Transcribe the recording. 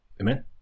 amen